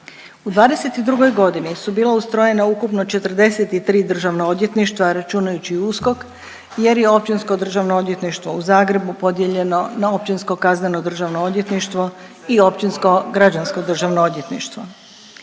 U '22.g. su bila ustrojena ukupno 43 državna odvjetništva računajući USKOK jer je Općinsko državno odvjetništvo u Zagrebu podijeljeno na Općinsko kazneno državno odvjetništvo i Općinsko građansko državno odvjetništvo.